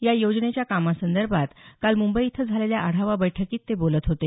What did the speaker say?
या योजनेच्या कामांसदर्भात काल मुंबई इथं झालेल्या आढावा बैठकीत ते बोलत होते